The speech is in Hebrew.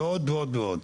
ועוד ועוד.